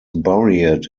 buried